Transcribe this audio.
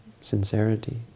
sincerity